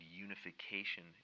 unification